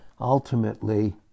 Ultimately